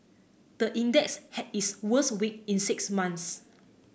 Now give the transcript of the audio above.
the index had its worst week in six months